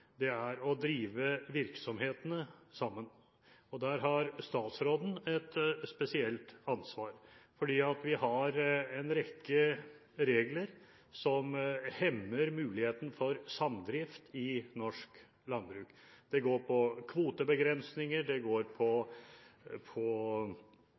er å drive virksomhetene sammen. Og der har statsråden et spesielt ansvar, for vi har en rekke regler som hemmer muligheten for samdrift i norsk landbruk. Det går på kvotebegrensninger, det går på